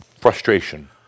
frustration